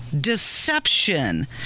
deception